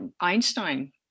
einstein